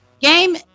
Game